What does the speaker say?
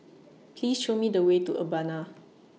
Please Show Me The Way to Urbana